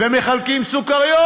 ומחלקים סוכריות,